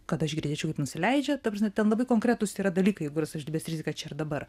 kad aš girdėčiau kaip nusileidžia ta prasme ten labai konkretūs yra dalykai kur savižudybės rizika čia ir dabar